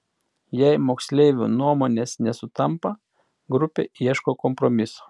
jei moksleivių nuomonės nesutampa grupė ieško kompromiso